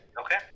Okay